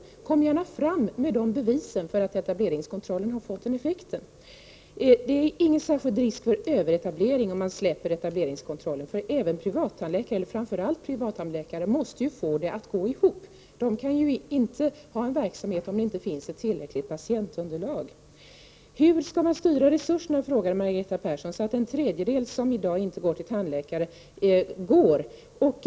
Kom gärna fram med bevisen för att etableringskontrollen har haft den effekten! Det finns ingen särskild risk för överetablering om man släpper etableringskontrollen, för även privattandläkare — och framför allt privattandläkare — måste få det att gå ihop. De kan inte ha en verksamhet om det inte finns ett tillräckligt patientunderlag. Margareta Persson frågar hur man skall styra resurserna så att den tredjedel av befolkningen som i dag inte går till tandläkaren gör det.